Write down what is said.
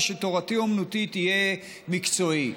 ושתורתי אומנותי תהיה מקצועי.